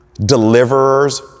Deliverers